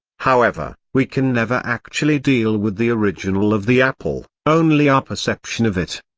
however, we can never actually deal with the original of the apple, only our perception of it.